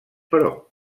però